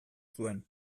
zuen